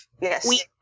Yes